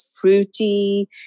fruity